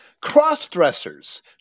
cross-dressers